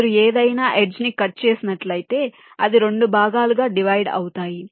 మీరు ఏదైనా ఎడ్జ్ ని కట్ చేసినట్లయితే అది 2 భాగాలుగా డివైడ్ అవుతాయి